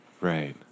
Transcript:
Right